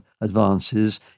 advances